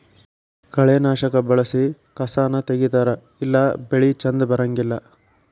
ಕಳೆನಾಶಕಾ ಬಳಸಿ ಕಸಾನ ತಗಿತಾರ ಇಲ್ಲಾ ಬೆಳಿ ಚಂದ ಬರಂಗಿಲ್ಲಾ